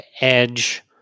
Edge